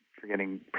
forgetting